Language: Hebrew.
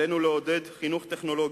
עלינו לעודד חינוך טכנולוגי,